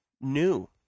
new